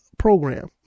Program